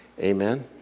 Amen